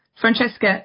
Francesca